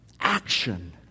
action